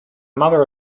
mother